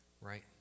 right